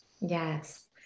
Yes